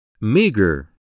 Meager